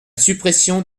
suppression